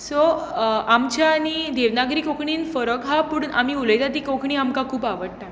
so आमच्या आनी देवनागरी कोंकणीन फरक आसा पूण आमी उलयता ती कोंकणी आमकां खूब आवडटा